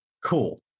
Cool